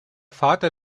vater